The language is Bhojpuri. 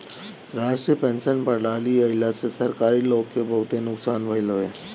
राष्ट्रीय पेंशन प्रणाली आईला से सरकारी लोग के बहुते नुकसान भईल हवे